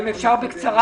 אם אפשר בקצרה.